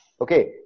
Okay